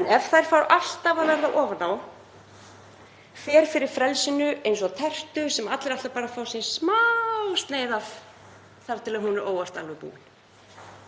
en ef þær fá alltaf að verða ofan á fer fyrir frelsinu eins og tertu sem allir ætluðu að fá sér smá sneið af þar til hún varð óvart alveg búin.